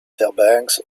fairbanks